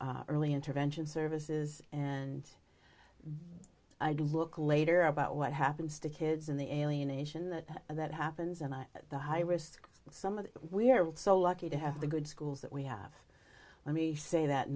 early intervention services and i do look later about what happens to kids in the alienation that happens and the high risk some of the we're so lucky to have the good schools that we have let me say that